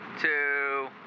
two